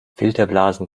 filterblasen